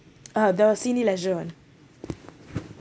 uh there was Cineleisure [one]